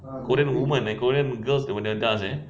korean women eh korean girls dia punya dance eh